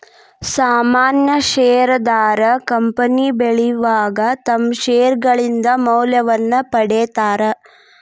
ಸಾಮಾನ್ಯ ಷೇರದಾರ ಕಂಪನಿ ಬೆಳಿವಾಗ ತಮ್ಮ್ ಷೇರ್ಗಳಿಂದ ಮೌಲ್ಯವನ್ನ ಪಡೇತಾರ